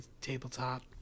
tabletop